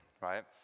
right